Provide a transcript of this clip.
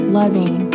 loving